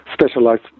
specialized